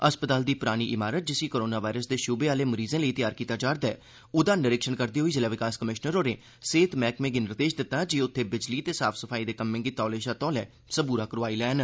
अस्पताल दी परानी इमारत जिसी कोरोना वायरस दे शूबे आह्ले मरीजें लेई तैयार कीता गेआ ऐ ओह्दा निरीक्षण करदे होई जिला विकास कमिशनर होरें सेह्त मैह्कमे गी निर्देश दित्ता जे ओह् उत्थे बिजली ते साफ सफाई दे कम्में गी तौले शा तौले सबूरा करोआई लैन